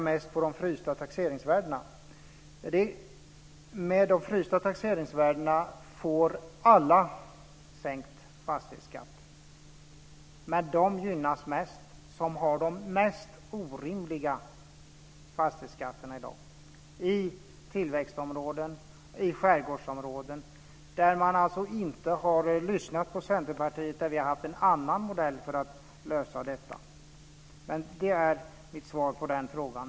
Med de frysta taxeringsvärdena får alla sänkt fastighetsskatt, men de gynnas mest som i dag har de mest orimliga fastighetsskatterna, i tillväxtområden och i skärgårdsområden. Man har alltså inte lyssnat på Centerpartiet, där vi har haft en annan modell för att lösa detta. Det är mitt svar på den frågan.